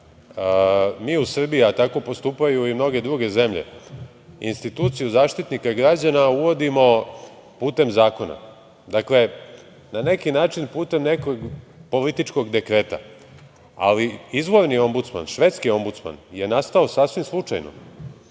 mi u Srbiji, a tako postupaju i mnoge druge zemlje, instituciju Zaštitnika građana uvodimo putem zakona, dakle, na neki način putem nekog političkog dekreta, ali izvorni Ombudsman, švedski Ombudsman je nastao sasvim slučajno,